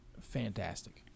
fantastic